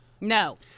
No